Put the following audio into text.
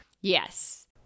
Yes